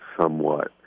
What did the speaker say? somewhat